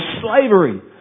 slavery